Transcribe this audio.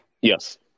Yes